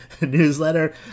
newsletter